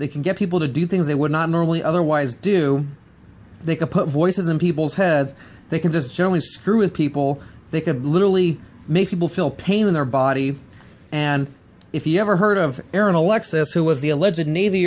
they can get people to do things they would not normally otherwise do they can put voices in people's heads they can just generally screw with people they can literally make people feel pain in their body and if you ever heard of aaron alexis who was the alleged navy